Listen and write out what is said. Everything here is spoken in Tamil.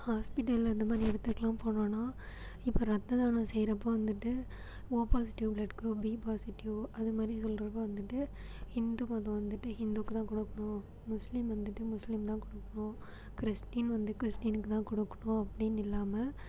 ஹாஸ்ப்பிட்டல்ல இது மாதிரி இடத்துக்குலாம் போனோம்ன்னா இப்போ ரத்த தானம் செய்யிறப்போது வந்துட்டு O positive blood group B positive அது மாதிரிகள் ரொம்ப வந்துட்டு ஹிந்து மதம் வந்துட்டு ஹிந்துக்கு தான் கொடுக்குணும் முஸ்லீம் வந்துட்டு முஸ்லீம் தான் கொடுக்குணும் கிறிஸ்ட்டின் வந்து கிறிஸ்ட்டினுக்கு தான் கொடுக்குணும் அப்படின் இல்லாமல்